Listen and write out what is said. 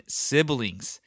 siblings